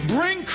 Bring